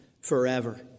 forever